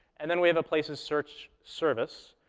and then we have a places search service,